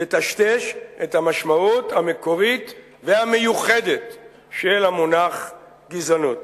יטשטש את המשמעות המקורית והמיוחדת של המונח "גזענות".